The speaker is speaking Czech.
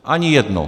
Ani jedno.